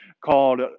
called